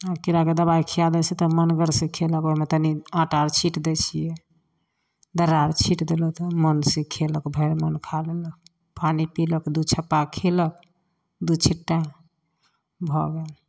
आओर कीड़ाके दबाइ खिया दै छियै तऽ मनगरसँ खयलक ओइमे तनी आटा अर छीट दै छियै दर्रा अर छीट देलहुँ तऽ मनसँ खेलक भरि मन खा लेलक पानि पीलक दू छिप्पा खेलक दू छिट्टा भऽ गेलय